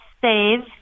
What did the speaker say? save